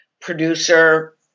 producer